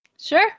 Sure